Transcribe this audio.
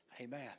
Amen